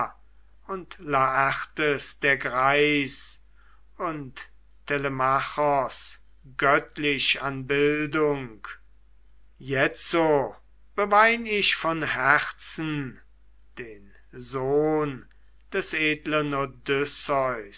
und laertes der greis und telemachos göttlich an bildung jetzo bewein ich von herzen den sohn des edlen